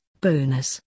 bonus